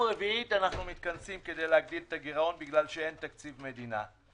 כי אין תקציב מדינה.